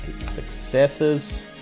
Successes